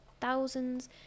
thousands